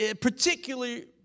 particularly